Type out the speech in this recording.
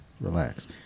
Relax